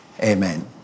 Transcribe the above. Amen